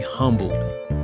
humbled